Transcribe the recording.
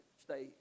stay